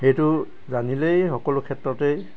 সেইটো জানিলেই সকলো ক্ষেত্ৰতেই